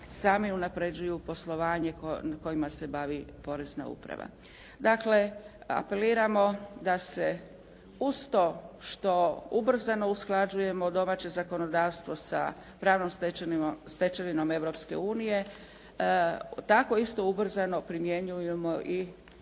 sami unaprjeđuju poslovanje na kojima se bavi porezna uprava. Dakle, apeliramo da se uz to što ubrzano usklađujemo domaće zakondavstvo sa pravnom stečevinom Europske unije, tako isto ubrzano primjenjujemo i